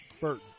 Burton